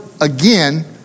again